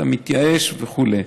אתה מתייאש וכו'.